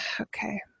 Okay